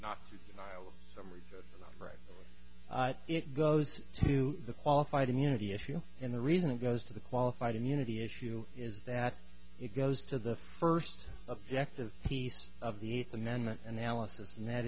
right it goes to the qualified immunity issue and the reason it goes to the qualified immunity issue is that it goes to the first objective piece of the eighth amendment analysis and that